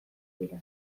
dira